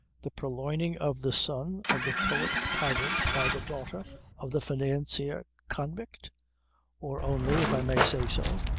the purloining of the son of the poet-tyrant by the daughter of the financier-convict. or only, if i may say so,